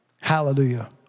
Hallelujah